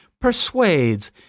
persuades